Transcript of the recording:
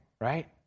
right